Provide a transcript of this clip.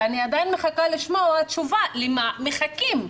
ואני עדיין מחכה לשמוע תשובה, למה מחכים?